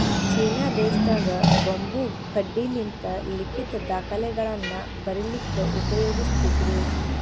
China ದೇಶದಾಗ್ bamboo ಕಡ್ಡಿಲಿಂತ್ ಲಿಖಿತ್ ದಾಖಲೆಗಳನ್ನ ಬರಿಲಿಕ್ಕ್ ಉಪಯೋಗಸ್ತಿದ್ರು